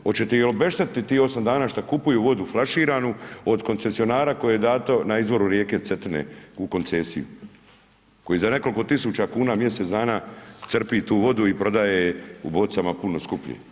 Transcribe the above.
Hoćete ih obeštetiti tih 8 dana što kupuju vodu flaširanu od koncesionara koje je dato na izvoru rijeke Cetine u koncesiju koji za nekoliko tisuća kuna mjesec dana crpi tu vodu i prodaje u bocama puno skuplje?